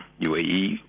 UAE